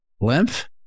lymph